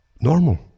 normal